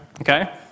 Okay